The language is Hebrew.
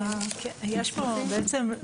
בעצם,